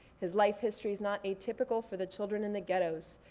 his life history's not atypical for the children in the ghettos.